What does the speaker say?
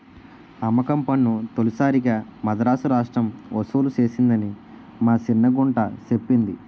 అమ్మకం పన్ను తొలిసారిగా మదరాసు రాష్ట్రం ఒసూలు సేసిందని మా సిన్న గుంట సెప్పింది